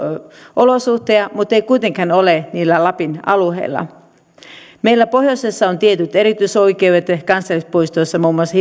olosuhteita mutta ei kuitenkaan ole niillä lapin alueilla meillä pohjoisessa on tietyt erityisoikeudet kansallispuistoissa muun muassa